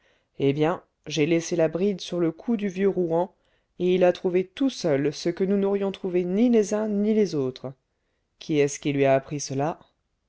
eh bien j'ai laissé la bride sur le cou du vieux rouan et il a trouvé tout seul ce que nous n'aurions trouvé ni les uns ni les autres qui est-ce qui lui a appris cela